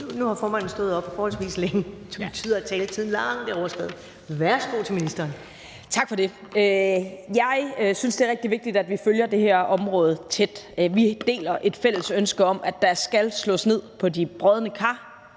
Nu har formanden stået op forholdsvis længe, og det betyder, at taletiden er langt overskredet. Værsgo til ministeren. Kl. 14:57 Transportministeren (Trine Bramsen): Tak for det. Jeg synes, det er rigtig vigtigt, at vi følger det her område tæt. Vi deler et fælles ønske om, at der skal slås ned på de brodne kar.